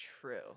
true